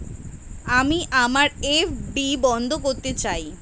আমি আমার এফ.ডি বন্ধ করতে চাই